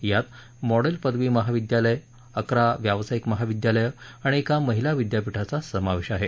यात मॉडेल पदवी महाविद्यालय अकरा व्यावसायिक महाविद्यालयं आणि एका महिला विद्यापीठाचा समावेश आहे